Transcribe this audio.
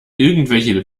irgendwelche